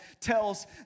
tells